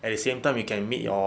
at the same time you can meet your